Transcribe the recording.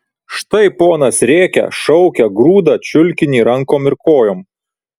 štai ponas rėkia šaukia grūda čiulkinį rankom ir kojom